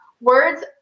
words